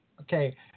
Okay